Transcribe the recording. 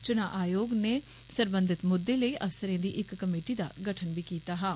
चंना आयोग नै सरबंधित मुद्दे लेई अफ्सरें दी इक कमेटी दा गठन कीत्ता हा